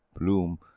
Bloom